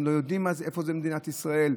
הם לא יודעים איפה זה מדינת ישראל.